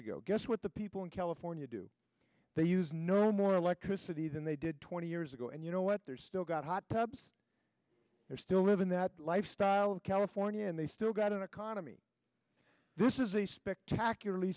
ago guess what the people in california do they use no more electricity than they did twenty years ago and you know what they're still got hot tubs they're still living that lifestyle in california and they still got an economy this is a spectacularly